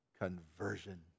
conversion